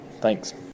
Thanks